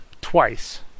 twice